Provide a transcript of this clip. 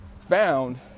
found